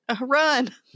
Run